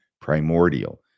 primordial